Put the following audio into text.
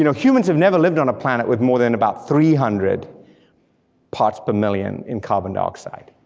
you know humans have never lived on a planet with more than about three hundred parts per million in carbon dioxide,